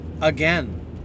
again